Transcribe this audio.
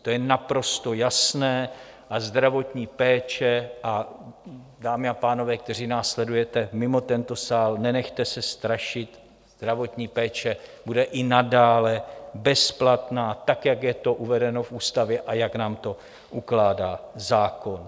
To je naprosto jasné a zdravotní péče a, dámy a pánové, kteří nás sledujete mimo tento sál, nenechte se strašit zdravotní péče bude i nadále bezplatná, tak jak je to uvedeno v ústavě a jak nám to ukládá zákon.